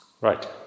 Right